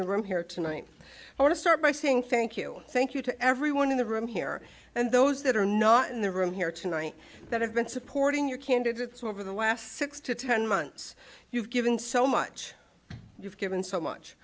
the room here tonight i want to start by saying thank you thank you to everyone in the room here and those that are not in the room here tonight that have been supporting your candidates over the last six to ten months you've given so much you've given so much